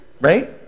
right